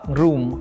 room